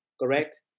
Correct